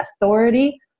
authority